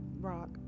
Rock